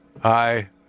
Hi